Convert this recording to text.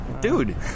Dude